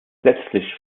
letztlich